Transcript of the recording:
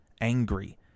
angry